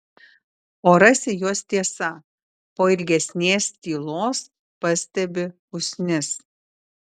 o rasi jos tiesa po ilgesnės tylos pastebi usnis